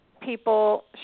people